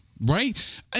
Right